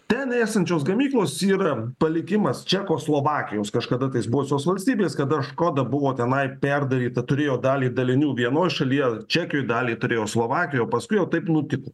tenai esančios gamyklos yra palikimas čekoslovakijos kažkada tais buvusios valstybės kada škoda buvo tenai perdaryta turėjo dalį dalinių vienoj šalyje čekijoj dalį turėjo slovakijoj o paskui taip nutiko